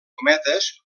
cometes